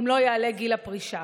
אם לא יועלה גיל הפרישה.